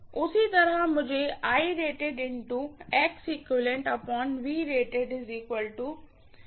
उसी तरह मुझे लिखना चाहिए